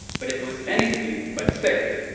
but it was anything but safe.